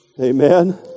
amen